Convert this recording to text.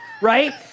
right